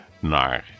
naar